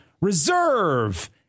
reserve